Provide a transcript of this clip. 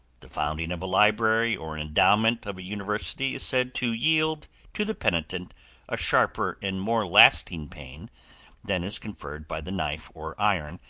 the founding of a library or endowment of a university is said to yield to the penitent a sharper and more lasting pain than is conferred by the knife or iron,